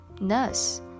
nurse